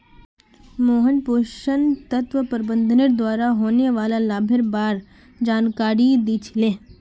मोहन पोषण तत्व प्रबंधनेर द्वारा होने वाला लाभेर बार जानकारी दी छि ले